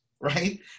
right